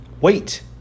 Wait